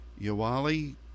Yawali